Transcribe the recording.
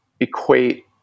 equate